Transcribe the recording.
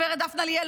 גב' דפנה ליאל,